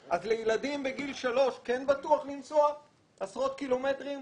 אז לילדים בגיל שלוש כן בטוח לנסוע עשרות קילומטרים?